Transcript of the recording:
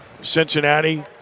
Cincinnati